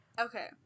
Okay